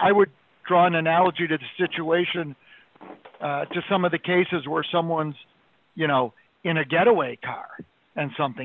i would draw an analogy to the situation just some of the cases where someone's you know in a getaway car and something